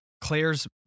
Claire's